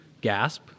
gasp